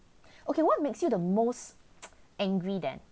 okay what makes you the most angry then